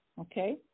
Okay